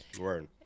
Word